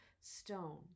stone